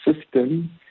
system